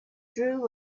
drew